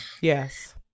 yes